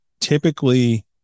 Typically